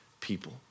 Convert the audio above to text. people